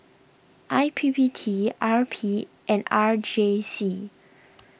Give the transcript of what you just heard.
I P P T R P and R J C